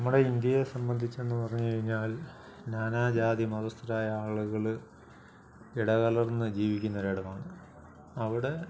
നമ്മുടെ ഇന്ത്യയെ സംബന്ധിച്ചെന്നു പറഞ്ഞു കഴിഞ്ഞാൽ നാനാജാതി മതസ്ഥരായ ആളുകൾ ഇടകലർന്ന് ജീവിക്കുന്ന ഒരിടമാണ് അവിടെ